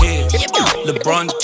LeBron